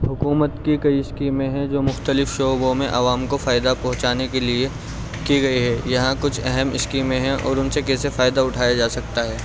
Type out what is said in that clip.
حکومت کی کئی اسکیمیں ہیں جو مختلف شعبوں میں عوام کو فائدہ پہنچانے کے لیے کی گئی ہے یہاں کچھ اہم اسکیمیں ہیں اور ان سے کیسے فائدہ اٹھایا جا سکتا ہے